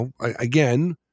again